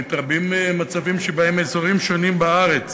מתרבים מצבים שבהם אזורים שונים בארץ